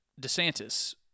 DeSantis